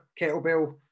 kettlebell